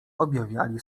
objawiali